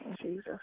Jesus